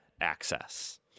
access